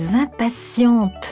impatiente